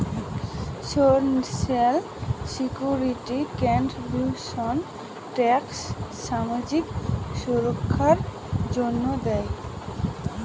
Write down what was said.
social security contributions tax সামাজিক সুররক্ষার জন্য দেয়